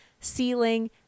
ceiling